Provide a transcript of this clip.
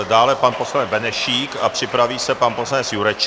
Dále pan poslanec Benešík a připraví se pan poslanec Jurečka.